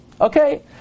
Okay